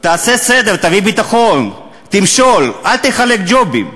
תעשה סדר, תביא ביטחון, תמשול, אל תחלק ג'ובים.